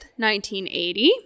1980